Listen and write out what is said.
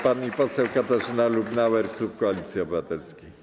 Pani poseł Katarzyna Lubnauer, klub Koalicji Obywatelskiej.